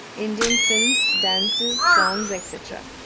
indian films, dances, songs, etc.